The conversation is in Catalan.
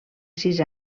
sis